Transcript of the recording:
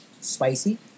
spicy